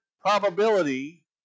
probability